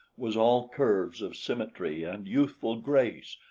was all curves of symmetry and youthful grace,